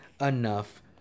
enough